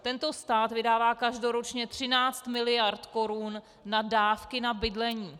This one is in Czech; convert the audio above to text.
Tento stát vydává každoročně 13 miliard korun na dávky na bydlení.